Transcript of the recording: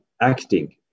acting